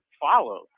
follow